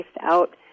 out